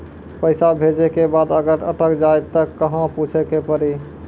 पैसा भेजै के बाद अगर अटक जाए ता कहां पूछे के पड़ी?